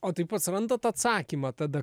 o tai pats randat atsakymą tada